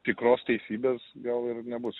tikros teisybės gal ir nebus